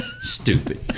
stupid